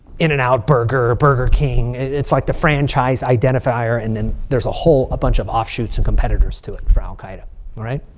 in and out burger. burger king. it's like the franchise identifier. and then there's a whole bunch of offshoots and competitors to it for al-qaeda, all right?